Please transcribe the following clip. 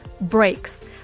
breaks